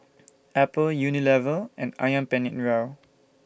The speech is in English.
Apple Unilever and Ayam Penyet Ria